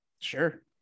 Sure